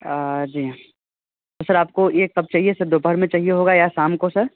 जी तो सर आपको ये कब चाहिए सर दोपहर में चाहिए होगा या शाम को सर